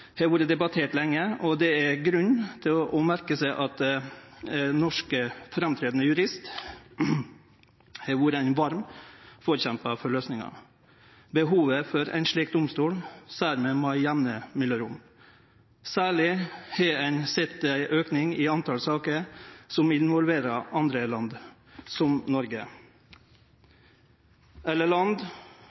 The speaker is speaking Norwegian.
har vore debattert lenge, og det er grunn til å merke seg at ein norsk framståande jurist har vore ein varm forkjempar for løysinga. Behovet for ein slik domstol ser vi med jamne mellomrom. Særleg har ein sett ein auke i talet på saker som involverer andre land, land Noreg